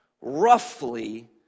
roughly